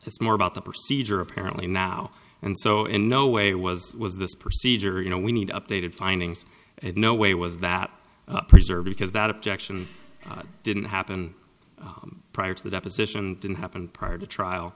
it's more about the procedure apparently now and so in no way was was this procedure you know we need updated findings and no way was that preserved because that objection didn't happen prior to the deposition didn't happen prior to trial